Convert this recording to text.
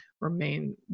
remain